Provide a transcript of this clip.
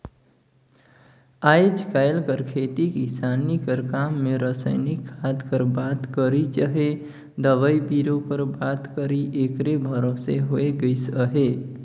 आएज काएल कर खेती किसानी कर काम में रसइनिक खाद कर बात करी चहे दवई बीरो कर बात करी एकरे भरोसे होए गइस अहे